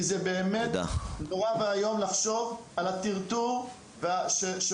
כי זה באמת נורא ואיום לחשוב על הטרטור שעוברים